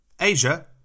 Asia